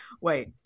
wait